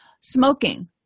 Smoking